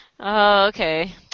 okay